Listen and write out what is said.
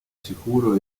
sicuro